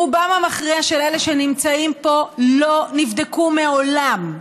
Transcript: רובם המכריע של אלה שנמצאים פה לא נבדקו מעולם.